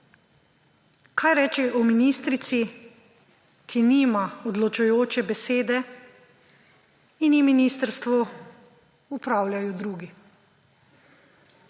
Kaj reči o ministrici, ki nima odločujoče besede in ji ministrstvo upravljajo drugi?